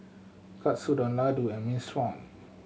Katsudon Ladoo and Minestrone